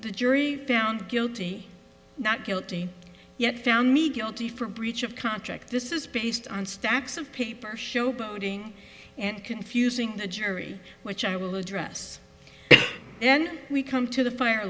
the jury found guilty not guilty yet found me guilty for breach of contract this is based on stacks of paper showboating and confusing the jury which i will address then we come to the fire